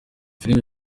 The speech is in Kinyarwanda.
filime